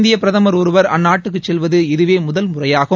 இந்திய பிரதம் ஒருவர் அந்நாட்டுக்கு செல்வது இதுவே முதல் முறையாகும்